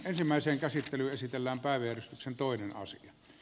asian käsittely keskeytetään